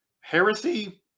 heresy